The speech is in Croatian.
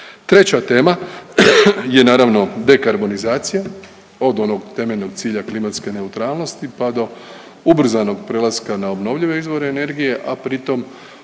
Treća tema je naravno dekarbonizacija od onog temeljenog cilja klimatske neutralnosti pa do ubrzanog prelaska na obnovljive izvore energije, a pri tom